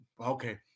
okay